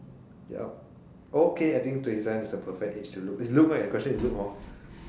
okay I think twenty seven is the perfect age to look is look right the question is look